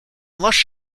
lush